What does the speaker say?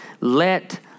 let